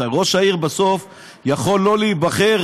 ראש העיר בסוף יכול לא להיבחר,